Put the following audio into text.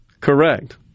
Correct